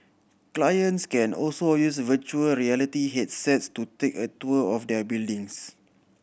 clients can also use virtual reality headsets to take a tour of their buildings